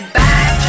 back